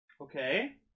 Okay